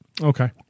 Okay